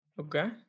Okay